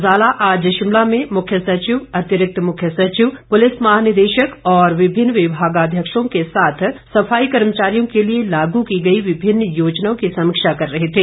जाला आज शिमला में मुख्य सचिव अतिरिक्त मुख्य सचिव पुलिस महानिदेशक और विभिन्न विभागाध्यक्षों के साथ सफाई कर्मचारियों के लिए लागू की गई विभिन्न योजनाओं की समीक्षा कर रहे थे